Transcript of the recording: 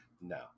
No